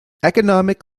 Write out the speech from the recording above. economic